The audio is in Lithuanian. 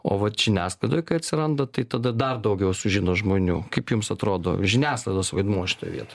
o vat žiniasklaidoj kai atsiranda tai tada dar daugiau sužino žmonių kaip jums atrodo žiniasklaidos vaidmuo šitoj vietoj